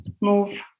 move